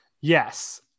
Yes